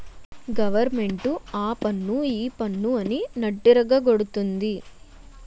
government ఆపన్ను ఈపన్ను అని నడ్డిరగ గొడతంది